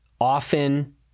often